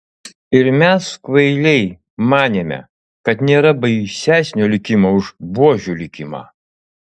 ir mes kvailiai manėme kad nėra baisesnio likimo už buožių likimą